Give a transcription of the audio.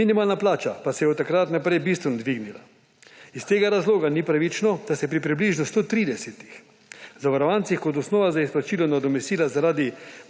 Minimalna plača pa se je od takrat bistveno dvignila. Iz tega razloga ni pravično, da se pri približno 130 zavarovancih kot osnova za izplačilo nadomestila zaradi